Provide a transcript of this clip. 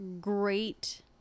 great